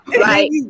Right